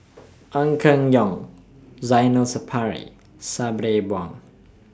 Ong Keng Yong Zainal Sapari Sabri Buang